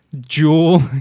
jewel